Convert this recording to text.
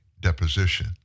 Deposition